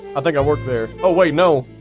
i think i work there. oh wait, no.